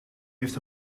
heeft